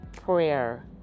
prayer